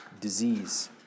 disease